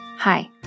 Hi